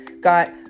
got